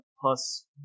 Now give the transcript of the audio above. plus